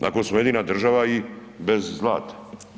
Tako smo jedina država i bez zlata.